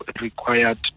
required